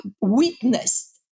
witnessed